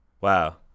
Wow